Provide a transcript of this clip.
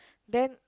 then